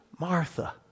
Martha